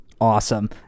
Awesome